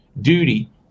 duty